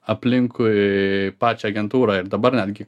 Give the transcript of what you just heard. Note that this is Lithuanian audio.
aplinkui pačią agentūrą ir dabar netgi